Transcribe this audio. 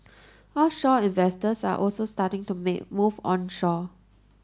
offshore investors are also starting to make move onshore